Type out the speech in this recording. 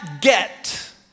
get